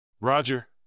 Roger